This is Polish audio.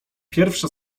pierwsza